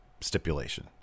stipulation